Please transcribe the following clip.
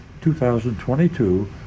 2022